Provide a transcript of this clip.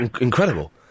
incredible